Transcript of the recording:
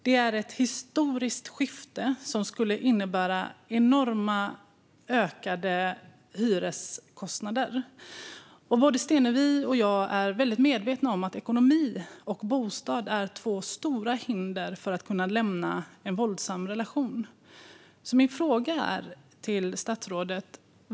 Det är ett historiskt skifte som skulle innebära enormt ökade hyreskostnader. Både Stenevi och jag är medvetna om att ekonomi och bostad är två stora hinder för att lämna en våldsam relation.